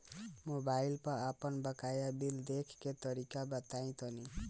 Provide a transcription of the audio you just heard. Mobile पर आपन बाकाया बिल देखे के तरीका बताईं तनि?